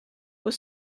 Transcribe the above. was